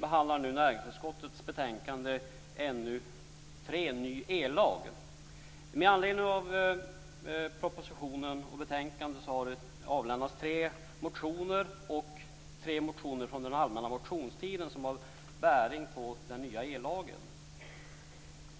behandlar nu näringsutskottets betänkande NU3 Ny ellag. Med anledning av propositionen och betänkandet har det avlämnats tre motioner, och tre motioner från den allmänna motionstiden har bäring på den nya ellagen.